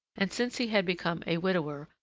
and since he had become a widower,